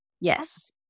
Yes